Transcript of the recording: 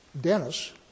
Dennis